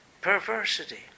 perversity